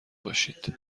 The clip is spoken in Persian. باشید